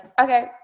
okay